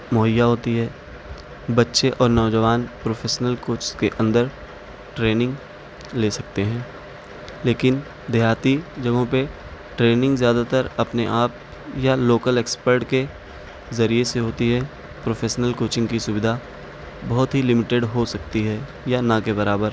مہیا ہوتی ہے بچے اور نوجوان پروفیشنل کوچز کے اندر ٹریننگ لے سکتے ہیں لیکن دیہاتی جگہوں پہ ٹریننگ زیادہ تر اپنے آپ یا لوکل ایکسپرٹ کے ذریعے سے ہوتی ہے پروفیشنل کوچنگ کی سویدھا بہت ہی لمیٹیڈ ہو سکتی ہے یا نہ کے برابر